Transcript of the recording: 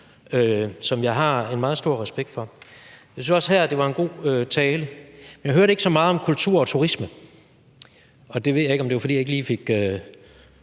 som jeg har en meget stor respekt for. Jeg synes også her, at det var en god tale, men jeg hørte ikke så meget om kultur og turisme, og det ved jeg ikke om var, fordi jeg ikke lige fik